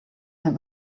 him